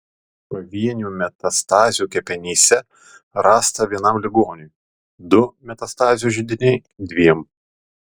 pavienių metastazių kepenyse rasta vienam ligoniui du metastazių židiniai dviem